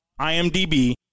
IMDb